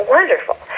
Wonderful